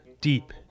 Deep